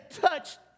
touched